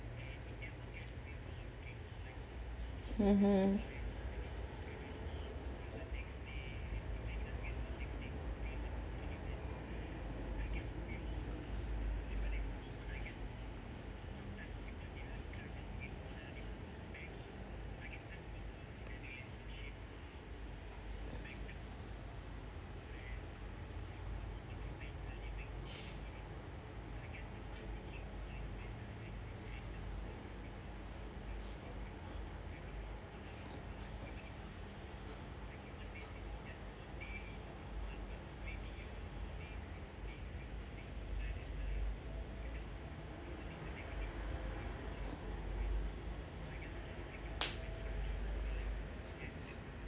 mmhmm